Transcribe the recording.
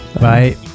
Bye